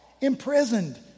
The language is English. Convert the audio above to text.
imprisoned